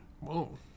Whoa